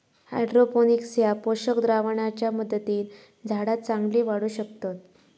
hydroponics ह्या पोषक द्रावणाच्या मदतीन झाडा चांगली वाढू शकतत